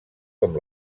com